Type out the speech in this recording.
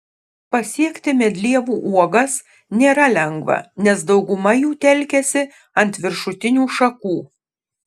pasiekti medlievų uogas nėra lengva nes dauguma jų telkiasi ant viršutinių šakų